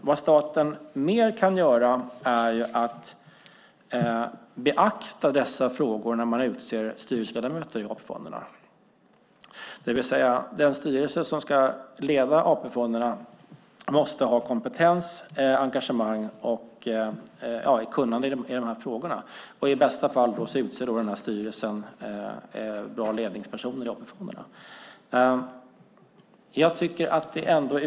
Vad staten mer kan göra är att beakta dessa frågor när man utser styrelseledamöter i AP-fonderna, det vill säga den styrelse som ska leda AP-fonderna måste ha kompetens, engagemang och kunnande i de här frågorna. I bästa fall utser då den här styrelsen bra ledningspersoner i AP-fonderna.